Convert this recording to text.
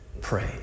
pray